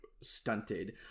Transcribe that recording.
stunted